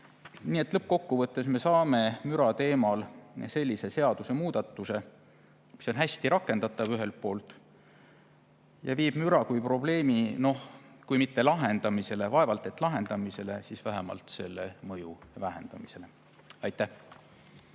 Nii et lõppkokkuvõttes me saame müra teemal sellise seadusemuudatuse, mis on hästi rakendatav, ja müra kui probleemi, noh, kui mitte lahendatud – vaevalt, et lahendatud –, siis vähemalt selle mõju vähendatud. Aitäh!